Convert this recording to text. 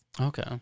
Okay